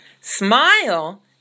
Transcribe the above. smile